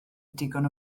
digon